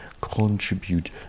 contribute